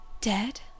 Dead